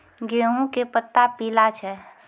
गेहूँ के पत्ता पीला छै?